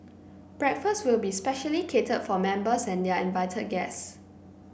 breakfast will be specially catered for members and their invited guests